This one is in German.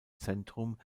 zentrum